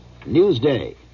Newsday